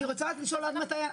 צריך להבהיר את זה.